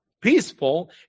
peaceful